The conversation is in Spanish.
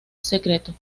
secreto